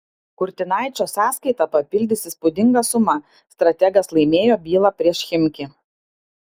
kurtinaičio sąskaitą papildys įspūdinga suma strategas laimėjo bylą prieš chimki